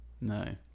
no